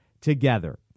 together